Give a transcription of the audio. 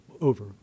over